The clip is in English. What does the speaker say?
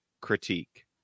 critique